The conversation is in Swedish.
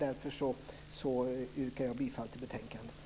Därför yrkar jag bifall till förslaget i betänkandet.